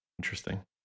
Interesting